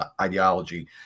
ideology